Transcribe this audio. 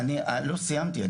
לא סיימתי,